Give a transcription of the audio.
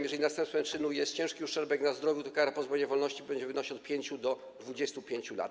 Jeżeli następstwem czynu jest ciężki uszczerbek na zdrowiu, to kara pozbawienia wolności będzie wynosić od 5 do 25 lat.